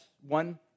one